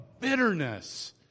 bitterness